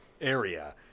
area